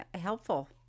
helpful